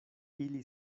ili